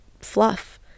fluff